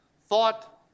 thought